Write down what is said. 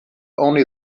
only